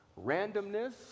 randomness